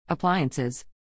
Appliances